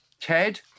ted